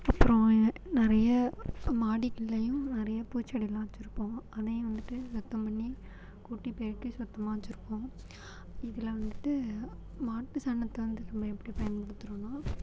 அப்புறம் நிறைய மாடிகள்லையும் நிறைய பூச்செடி எல்லாம் வச்சிருப்போம் அதையும் வந்துட்டு சுத்தம் பண்ணி கூட்டி பெருக்கி சுத்தமாக வச்சிருப்போம் இதில் வந்துட்டு மாட்டு சாணத்தை வந்து நம்ம எப்படி பயன்படுத்துறோம்னால்